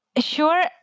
sure